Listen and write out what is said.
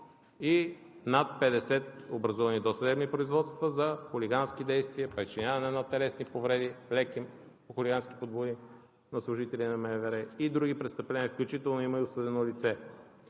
и над 50 образувани досъдебни производства за хулигански действия, причиняване на леки телесни повреди по хулигански подбуди на служители на МВР и други престъпления, включително има и осъдено лице.